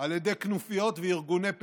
על ידי כנופיות וארגוני פשע,